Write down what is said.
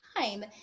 time